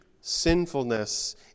sinfulness